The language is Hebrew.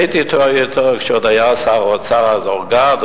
הייתי אתו כששר האוצר היה אורגד,